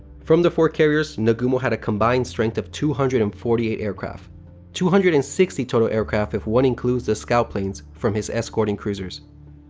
from the four carriers, nagumo had a combined strength of two hundred and forty eight aircraft two hundred and sixty total aircraft if one includes the scout planes from his escorting cruisers.